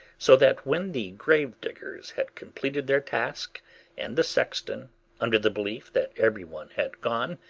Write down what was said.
so that when the gravediggers had completed their task and the sexton under the belief that every one had gone,